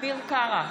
אביר קארה,